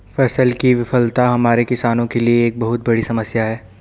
फसल की विफलता हमारे किसानों के लिए एक बहुत बड़ी समस्या है